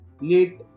late